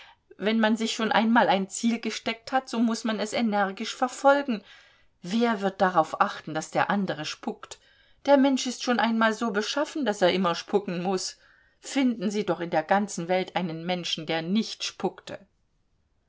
wenn man sich schon einmal ein ziel gesteckt hat so muß man es energisch verfolgen wer wird darauf achten daß der andere spuckt der mensch ist schon einmal so beschaffen daß er immer spucken muß finden sie doch in der ganzen welt einen menschen der nicht spuckte